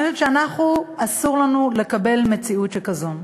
אני חושבת שאנחנו, אסור לנו לקבל מציאות שכזו.